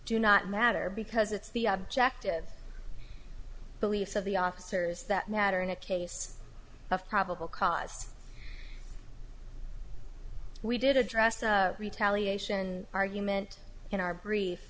do not matter because it's the objective beliefs of the officers that matter in a case of probable cause we did address the retaliation argument in our brief